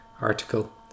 article